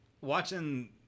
Watching